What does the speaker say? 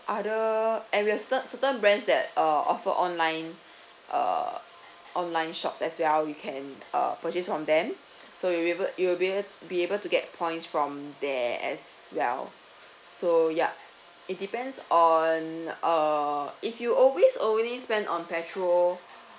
other and we have cer~ certain brands that uh offer online uh online shops as well you can uh purchase from them so you'll be able you'll be able be able to get points from there as well so yup it depends on uh if you always always spend on petrol